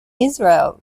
israel